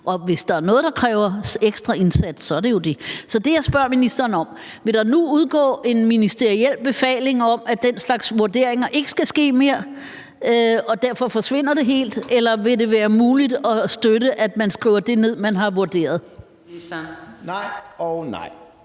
Og hvis der er noget, der kræver ekstra indsats, så er det jo det. Så det, jeg spørger ministeren om, er: Vil der nu udgå en ministeriel befaling om, at den slags vurderinger ikke skal ske mere, så det derfor forsvinder helt? Eller vil det være muligt at støtte, at man skriver dét ned, man har vurderet? Kl.